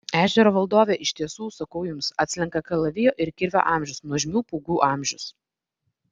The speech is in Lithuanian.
ežero valdovė iš tiesų sakau jums atslenka kalavijo ir kirvio amžius nuožmių pūgų amžius